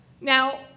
Now